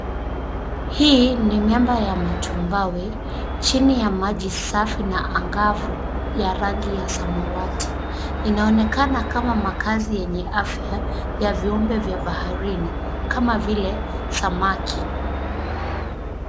Hii ni miamba ya matumbawe, chini ya maji safi na angavu, ya rangi ya samawati. Inaonekana kama makazi yenye afya, ya viumbe vya baharini, kama vile samaki.